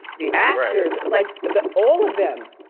the actors like the, all of them.